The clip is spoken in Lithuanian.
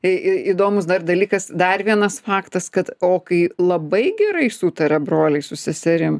įdomus dar dalykas dar vienas faktas kad o kai labai gerai sutaria broliai su seserim